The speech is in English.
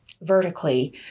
vertically